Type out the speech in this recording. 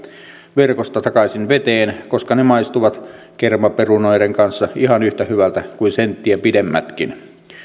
verkosta takaisin veteen koska ne maistuvat kermaperunoiden kanssa ihan yhtä hyviltä kuin senttiä pidemmätkin